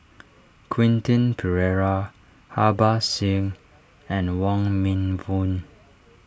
Quentin Pereira Harbans Singh and Wong Meng Voon